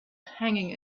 hanging